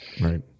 right